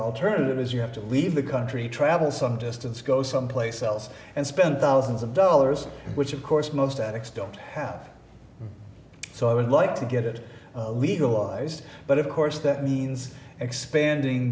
alternative is you have to leave the country travel some distance go someplace else and spend thousands of dollars which of course most addicts don't have so i would like to get it legalized but of course that means expanding